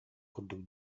курдук